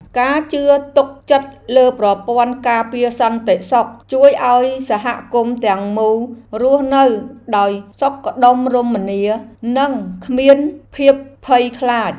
ការជឿទុកចិត្តលើប្រព័ន្ធការពារសន្តិសុខជួយឱ្យសហគមន៍ទាំងមូលរស់នៅដោយសុខដុមរមនានិងគ្មានភាពភ័យខ្លាច។